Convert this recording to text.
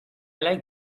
like